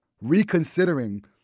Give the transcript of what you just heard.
reconsidering